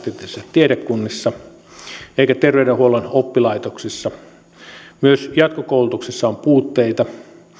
tiedekunnissa eikä terveydenhuollon oppilaitoksissa myös jatkokoulutuksessa on puutteita